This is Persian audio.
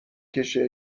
کشه